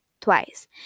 twice